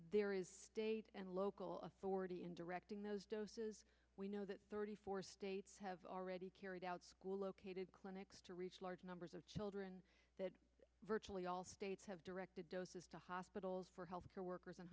there is and local authority in directing those we know that thirty four states have already carried out school located clinics to reach large numbers of children that virtually all states have directed doses to hospitals for health care workers